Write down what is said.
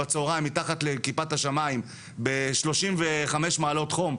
בצהריים מתחת לכיפת השמים בשלושים וחמש מעלות חום,